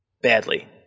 Badly